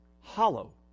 hollow